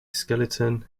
skeleton